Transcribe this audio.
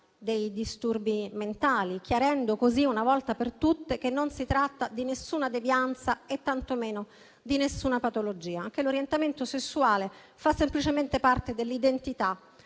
dei disturbi mentali, chiarendo così una volta per tutte che non si tratta di nessuna devianza e tantomeno di nessuna patologia e che l'orientamento sessuale fa semplicemente parte dell'identità